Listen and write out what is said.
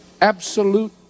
absolute